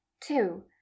two